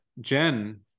Jen